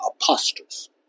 apostles